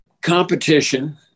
competition